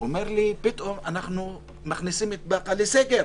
אומר לי: פתאום מכניסים את באקה לסגר.